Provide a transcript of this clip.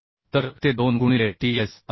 तर ते 2 गुणिले ts असेल